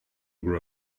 grew